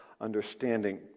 understanding